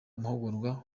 amahugurwa